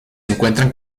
encuentran